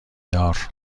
دار